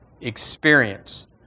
experience